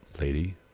lady